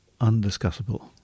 undiscussable